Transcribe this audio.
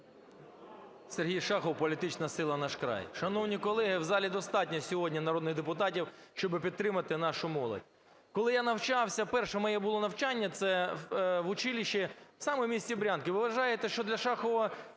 Сергій Шахов, політична сила "Наш край". Шановні колеги, в залі достатньо сьогодні народних депутатів, щоби підтримати нашу молодь. Коли я навчався, перше моє було навчання – це в училищі саме в місті Брянці. Ви вважаєте, що для Шахова